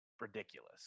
Ridiculous